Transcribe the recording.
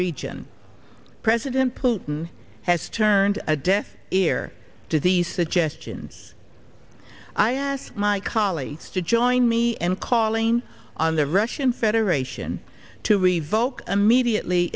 region president clinton has turned a deaf ear to these suggestions i asked my colleagues to join me and calling on the russian federation to revoke immediately